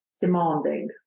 demanding